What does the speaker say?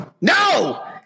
no